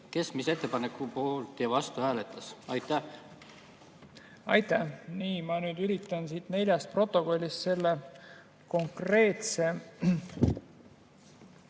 kes mis ettepaneku poolt ja kes vastu hääletas. Aitäh! Nii, ma nüüd üritan siit neljast protokollist selle konkreetse